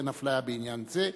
אין אפליה בעניין זה.